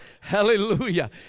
Hallelujah